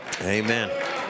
Amen